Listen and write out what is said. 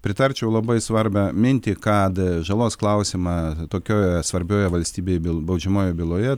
pritarčiau labai svarbią mintį kad žalos klausimą tokioje svarbioje valstybėj baudžiamojoje byloje